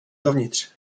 dovnitř